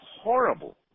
horrible